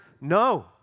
No